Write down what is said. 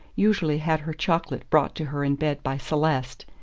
usually had her chocolate brought to her in bed by celeste,